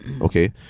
Okay